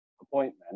appointment